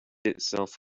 itself